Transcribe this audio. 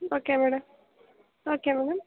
okay madam okay madam